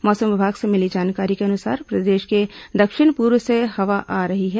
मौसम विभाग से मिली जानकारी के अनुसार प्रदेश के दक्षिण पूर्व से हवा आ रही है